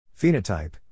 Phenotype